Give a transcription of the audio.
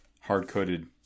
hard-coded